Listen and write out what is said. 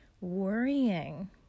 worrying